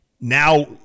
now